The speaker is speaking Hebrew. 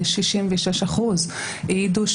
66% העידו,